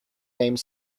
name